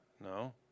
No